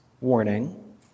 warning